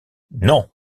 non